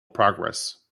progress